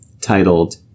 titled